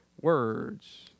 words